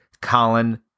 Colin